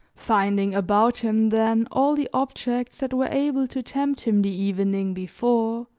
finding about him, then, all the objects that were able to tempt him the evening before,